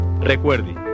recuerde